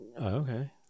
Okay